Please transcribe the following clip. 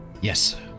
Yes